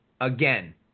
Again